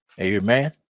Amen